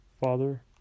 Father